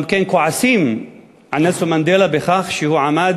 גם כועסים על נלסון מנדלה על כך שהוא עמד